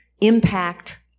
impact